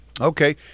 okay